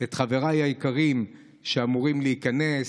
את חבריי היקרים שאמורים להיכנס,